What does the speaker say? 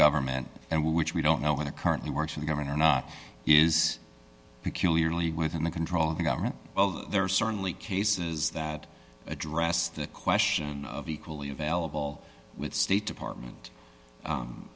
government and which we don't know where the currently works for the governor or not is peculiarly within the control of the government there are certainly cases that address the question of equally available with state department